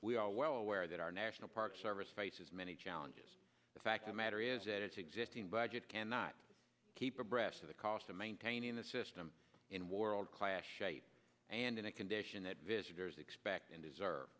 we are well aware that our national park service faces many challenges the fact the matter is at its existing budget cannot keep abreast of the cost of maintaining the system in world class shape and in a condition that visitors expect and deserve